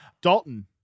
Dalton